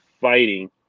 fighting